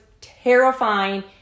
terrifying